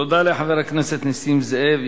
תודה לחבר הכנסת נסים זאב.